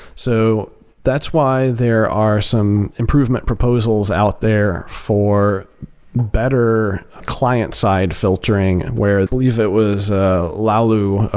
so that's why there are some improvement proposals out there for better client side filtering, where believe it was olaoluwa,